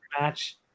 match